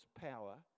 power